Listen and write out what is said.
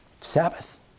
Sabbath